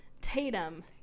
Tatum